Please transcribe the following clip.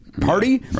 party